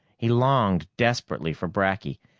he longed desperately for bracky,